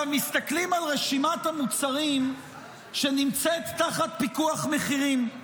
מסתכלים על רשימת המוצרים שנמצאת תחת פיקוח מחירים,